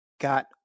got